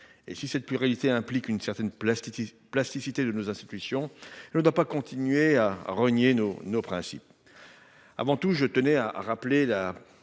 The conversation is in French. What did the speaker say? Si cette pluralité implique une certaine plasticité de nos institutions, elle ne doit pas conduire à renier nos principes. Avant tout, je tenais à rappeler